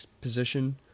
position